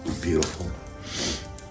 beautiful